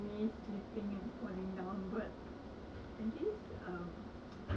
even though you are risk risk slipping and falling down but